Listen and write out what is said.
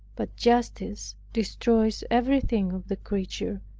but justice destroys everything of the creature,